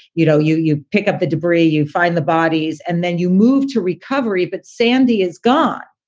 you know, you you pick up the debris, you find the bodies, and then you move to recovery. but sandy is gone,